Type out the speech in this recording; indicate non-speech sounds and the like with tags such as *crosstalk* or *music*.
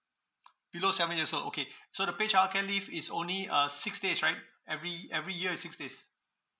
below seven years old okay *breath* so the pay childcare leave is only uh six days right every every year is six days